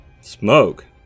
Smoke